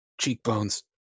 cheekbones